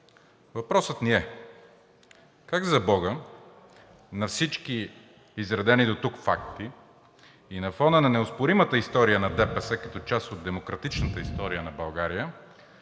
Въпросът ни е как, за бога, на всички изредени дотук факти и на фона на неоспоримата история на ДПС като част от демократичната история на България